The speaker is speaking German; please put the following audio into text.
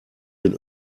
den